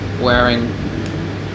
wearing